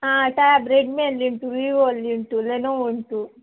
ಆಂ tab Redmi ಅಲ್ಲಿ ಉಂಟು Vivo ಅಲ್ಲಿ ಉಂಟು ಲೆನೋವೊ ಉಂಟು